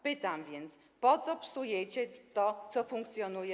Pytam więc, po co psujecie to, co dobrze funkcjonuje.